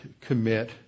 commit